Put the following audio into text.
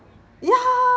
ya